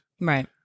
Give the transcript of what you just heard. Right